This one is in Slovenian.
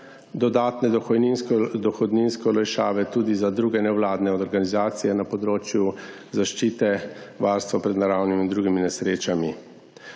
dodatne dohodninske olajšave tudi za druge nevladne organizacije na področju zaščite varstva pred naravnimi in drugimi nesrečami.